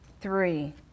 Three